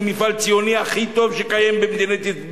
את המפעל הציוני הכי טוב שקיים במדינה.